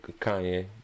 Kanye